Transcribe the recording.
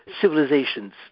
civilizations